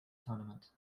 tournament